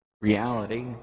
reality